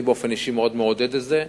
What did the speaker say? אני באופן אישי מאוד מעודד את זה.